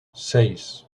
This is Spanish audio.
seis